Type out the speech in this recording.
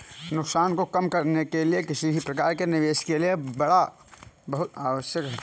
नुकसान को कम करने के लिए किसी भी प्रकार के निवेश के लिए बाड़ा बहुत आवश्यक हैं